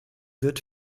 wird